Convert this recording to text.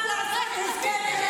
צריך עכשיו לעשות הסכם.